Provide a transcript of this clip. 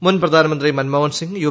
മുൻ പ്രധാനമന്ത്രി മൻമോഹൻ സ്സിംഗ് യൂ